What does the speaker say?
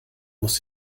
muss